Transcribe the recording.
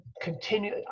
continue